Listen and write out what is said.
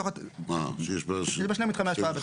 שיש בה שני מתחמי השפעה.